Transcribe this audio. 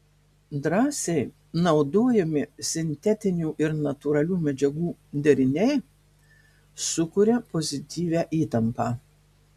drąsiai naudojami sintetinių ir natūralių medžiagų deriniai sukuria pozityvią įtampą